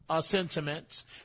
sentiments